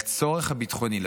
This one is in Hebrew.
לצורך הביטחוני,